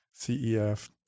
CEF